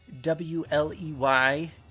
W-L-E-Y